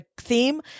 theme